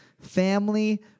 Family